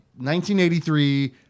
1983